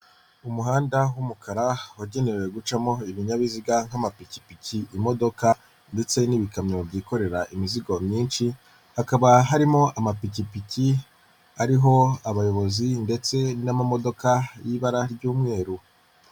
Umuhanda w'umukara wagenewe gucamo ibinyabiziga nk'amapikipiki imodoka ndetse n'ibikamyo byikorera imizigo myinshi, hakaba harimo amapikipiki ariho abayobozi ndetse n'amamodoka y'ibara ry'umweru.